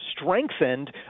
strengthened